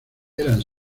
eran